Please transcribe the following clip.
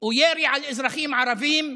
או ירי על אזרחים ערבים,